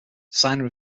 signer